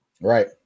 Right